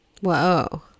Whoa